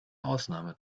ausnahme